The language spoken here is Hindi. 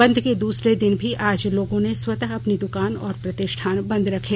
बन्द के दुसरे दिन भी आज लोगों ने स्वतः अपनी दुकान और प्रतिष्ठान बंद रखे